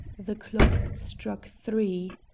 the clock struck three.